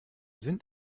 sind